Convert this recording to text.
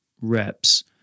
reps